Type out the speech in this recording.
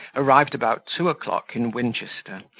arrived about two o'clock in winchester,